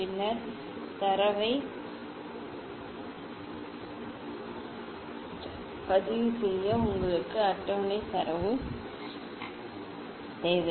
பின்னர் தரவைப் பதிவு செய்ய உங்களுக்கு அட்டவணை தரவு அட்டவணை தேவை